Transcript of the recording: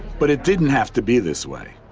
but it didn't have to be this way.